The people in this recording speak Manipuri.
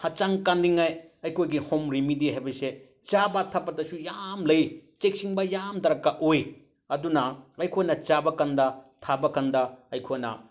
ꯍꯛꯆꯥꯡ ꯀꯟꯅꯤꯡꯉꯥꯏ ꯑꯩꯈꯣꯏꯒꯤ ꯍꯣꯝ ꯔꯤꯃꯦꯗꯤ ꯍꯥꯏꯕꯁꯦ ꯆꯥꯕ ꯊꯛꯄꯗꯁꯨ ꯌꯥꯝ ꯂꯩ ꯆꯦꯛꯁꯤꯟꯕ ꯌꯥꯝ ꯗꯔꯀꯥꯔ ꯑꯣꯏ ꯑꯗꯨꯅ ꯑꯩꯈꯣꯏꯅ ꯆꯥꯕ ꯀꯥꯟꯗ ꯊꯛꯄ ꯀꯥꯟꯗ ꯑꯩꯈꯣꯏꯅ